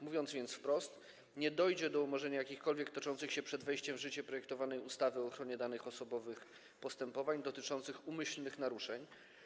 Mówiąc więc wprost, nie dojdzie do umorzenia jakichkolwiek toczących się przed wejściem w życie projektowanej ustawy o ochronie danych osobowych postępowań dotyczących umyślnych naruszeń.